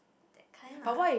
that kind lah